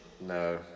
No